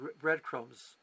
breadcrumbs